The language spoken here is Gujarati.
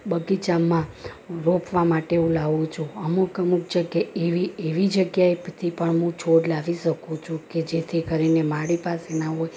બગીચામાં રોપવા માટે લાવું છું અમુક અમુક જગ્યા એવી એવી જગ્યાએથી પણ હું છોડ લાવી સકું છું કે જેથી કરીને મારી પાસે ના હોય